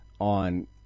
on